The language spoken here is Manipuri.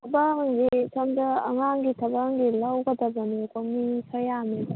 ꯑꯗꯣ ꯍꯧꯖꯤꯛ ꯁꯣꯝꯗ ꯑꯉꯥꯡꯒꯤ ꯊꯕꯛ ꯑꯝꯒꯤ ꯂꯧꯒꯗꯕꯅꯦꯀꯣ ꯃꯤ ꯈꯔ ꯌꯥꯝꯃꯦꯕ